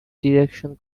direction